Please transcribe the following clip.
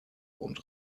und